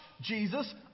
Jesus